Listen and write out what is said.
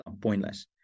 pointless